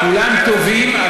כולם טובים,